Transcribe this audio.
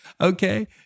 okay